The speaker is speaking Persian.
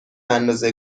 اندازه